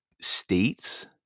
states